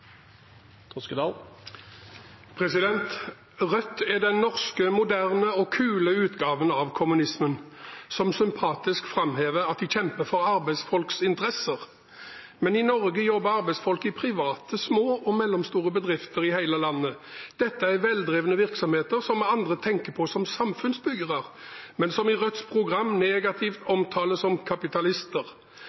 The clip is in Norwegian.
den norske moderne og kule utgaven av kommunismen, som sympatisk framhever at de kjemper for arbeidsfolks interesser. Men i Norge jobber arbeidsfolk i små og mellomstore private bedrifter i hele landet. Dette er veldrevne virksomheter som vi andre tenker på som samfunnsbyggere, men som i Rødts program negativt omtales som kapitalister.